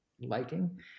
liking